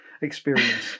experience